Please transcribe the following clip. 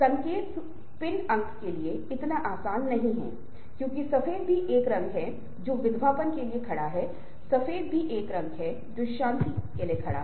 जैसा कि मैंने कहा था जब हम नई तकनीकों के बारे में बात करते हैं हम टेक्स्ट के कुछ पहलुओं टेक्स्ट शिष्टाचार और टेक्स्ट को संप्रेषित करने के लिए क्या करेंगे